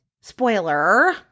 Spoiler